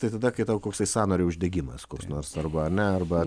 tai tada kai tau koksai sąnario uždegimas koks nors arba ar ne arba